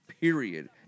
period